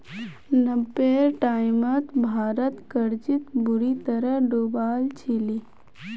नब्बेर टाइमत भारत कर्जत बुरी तरह डूबाल छिले